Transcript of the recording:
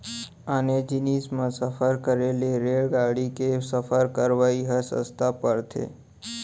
आने जिनिस म सफर करे ले रेलगाड़ी म सफर करवाइ ह सस्ता परथे